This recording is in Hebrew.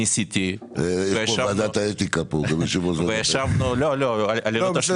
ניסיתי להתקדם ואחרי